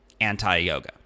anti-yoga